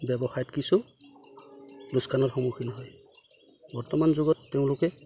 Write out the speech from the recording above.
ব্যৱসায়ত কিছু লোকচানৰ সন্মুখীন হয় বৰ্তমান যুগত তেওঁলোকে